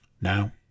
Now